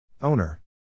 Owner